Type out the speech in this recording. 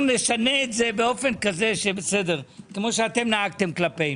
נשנה את זה כפי שאתם נהגתם כלפינו.